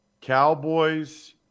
Cowboys –